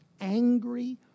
angry